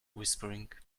whispering